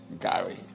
Gary